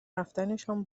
رفتنشان